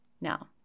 now